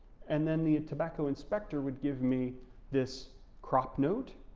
and then the tobacco inspector would give me this crop note